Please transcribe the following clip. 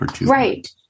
Right